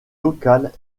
locales